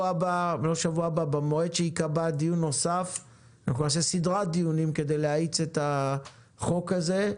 לאחר מכן נעשה סדרת דיונים כדי להאיץ את החוק הזה.